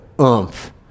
oomph